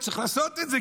הוא צריך לעשות את זה,